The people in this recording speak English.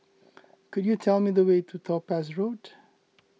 could you tell me the way to Topaz Road